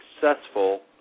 successful